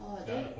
orh then